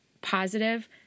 positive